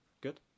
Good